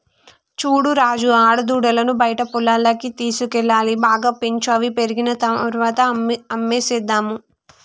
చూడు రాజు ఆడదూడలను బయట పొలాల్లోకి తీసుకువెళ్లాలి బాగా పెంచు అవి పెరిగిన తర్వాత అమ్మేసేద్దాము